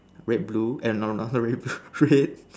red blue eh no not red blue red